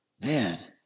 man